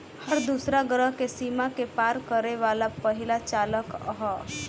हर दूसरा ग्रह के सीमा के पार करे वाला पहिला चालक ह